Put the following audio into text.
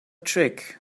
trick